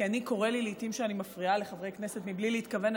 כי לי קורה לי לעיתים שאני מפריעה לחברי הכנסת בלי להתכוון,